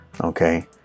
okay